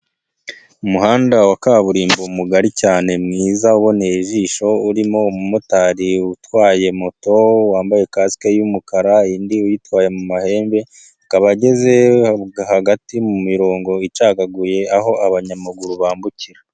Umuhanda wa kaburimbo mugari cyane mwiza uboneye ijisho, urimo umumotari utwaye moto wambaye kasike y'umukara, indi ayitwaye mu mahembe, akaba ageze hagati mu mirongo icagaguye aho abanyamaguru bambukira.